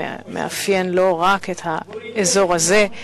המאפיין לא רק את האזור הזה,